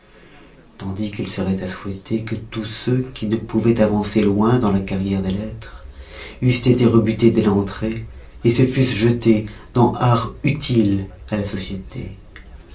tandis qu'il seroit à souhaiter que tous ceux qui ne pouvoient avancer loin de la carrière des lettres eussent été rebutés dès l'entrée se fussent jettés dans des arts utiles à la société